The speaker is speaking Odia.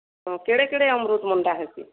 ହଁ କେଡ଼େ କେଡ଼େ ଅମୃତଭଣ୍ଡା ହେସି